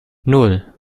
nan